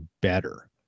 better